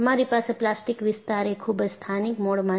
તમારી પાસે પ્લાસ્ટિક વિસ્તાર એ ખૂબ જ સ્થાનિક મોડમાં છે